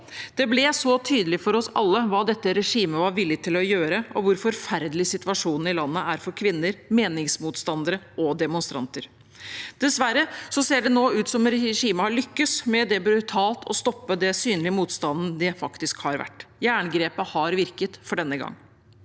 Det ble så tydelig for oss alle hva dette regimet var villig til å gjøre, og hvor forferdelig situasjonen i landet er for kvinner, meningsmotstandere og demonstranter. Dessverre ser det nå ut som om regimet har lykkes med brutalt å stoppe den synlige motstanden som faktisk har vært der. Jerngrepet har virket for denne gang.